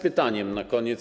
Pytanie na koniec.